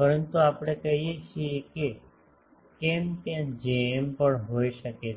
પરંતુ આપણે કહીએ છીએ કે કેમ ત્યાં Jm પણ હોઈ શકે છે